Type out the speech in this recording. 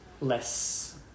less